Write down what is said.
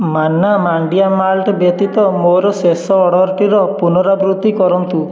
ମାନ୍ନା ମାଣ୍ଡିଆ ମାଲ୍ଟ ବ୍ୟତୀତ ମୋର ଶେଷ ଅର୍ଡ଼ର୍ଟିର ପୁନରାବୃତ୍ତି କରନ୍ତୁ